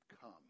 Come